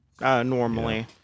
normally